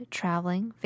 traveling